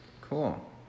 Cool